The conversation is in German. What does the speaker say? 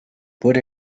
wurde